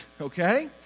okay